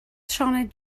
sioned